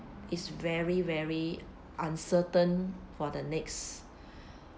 is very very uncertain for the next